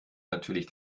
natürlich